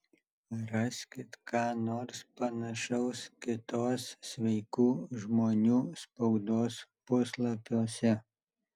raskit ką nors panašaus kitos sveikų žmonių spaudos puslapiuose